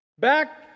Back